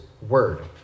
word